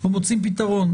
או מוצאים פתרון.